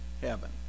heaven